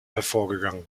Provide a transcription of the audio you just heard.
hervorgegangen